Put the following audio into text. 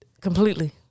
completely